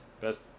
best